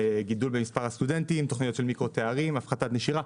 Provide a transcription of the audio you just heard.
גידול במספר הסטודנטים, הפחתת נשירה,